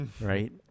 Right